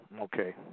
Okay